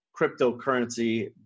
cryptocurrency